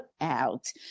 out